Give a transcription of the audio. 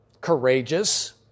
courageous